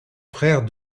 frère